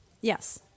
Yes